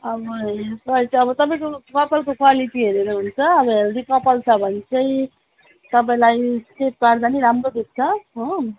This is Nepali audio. अब हेर्नुपर्छ अब तपाईँको कपालको क्वालिटी हेरेर हुन्छ अब हेल्दी कपाल छ भने चाहिँ तपाईँलाई स्ट्रेट पार्दा नि राम्रो देख्छ हो